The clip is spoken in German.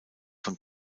von